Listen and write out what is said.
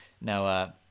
now